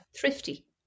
Thrifty